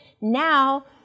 Now